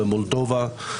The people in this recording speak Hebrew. במולדובה.